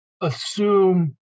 assume